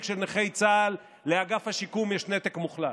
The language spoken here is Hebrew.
של נכי צה"ל לאגף השיקום יש נתק מוחלט.